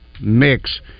mix